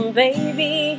baby